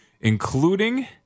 including